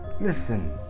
Listen